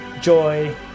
joy